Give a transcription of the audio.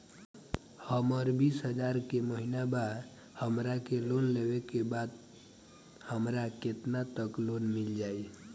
हमर बिस हजार के महिना बा हमरा के लोन लेबे के बा हमरा केतना तक लोन मिल जाई?